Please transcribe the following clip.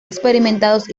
experimentados